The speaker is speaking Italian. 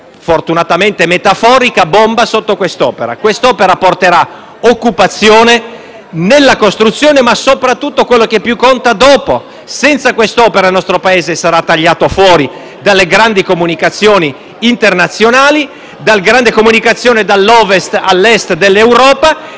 fortunatamente metaforica - bomba sotto quest'opera. Si tratta di un'opera che porterà occupazione nella costruzione, ma soprattutto - quello che più conta - dopo. Senza quest'opera il nostro Paese sarà tagliato fuori dalle grandi comunicazioni internazionali, dalla grande comunicazione dall'Ovest all'Est dell'Europa